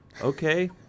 Okay